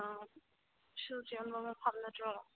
ꯁꯨꯁ ꯌꯣꯟꯕ ꯃꯐꯝ ꯅꯠꯇ꯭ꯔꯣ